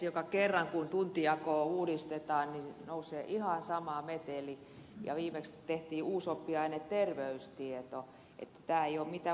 joka kerran kun tuntijakoa uudistetaan nousee ihan sama meteli ja viimeksi tehtiin uusi oppiaine terveystieto niin että tämä ei ole mitään uutta